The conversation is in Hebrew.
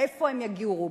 איפה הם יגורו?